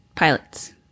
pilots